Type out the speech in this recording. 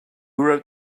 wrote